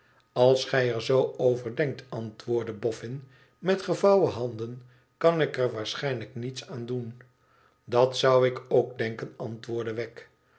als gij er zoo over denkt antwoordde boffin met gevouwen handen ikad ik er waarschijnlijk niets aan doen datzouik ook denken antwoordde wegg